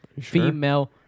female